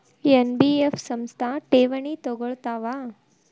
NBF ಸಂಸ್ಥಾ ಠೇವಣಿ ತಗೋಳ್ತಾವಾ?